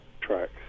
tracks